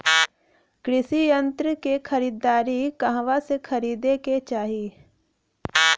कृषि यंत्र क खरीदारी कहवा से खरीदे के चाही?